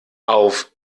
auf